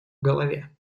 голове